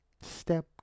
Step